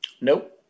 Nope